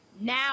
Now